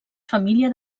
família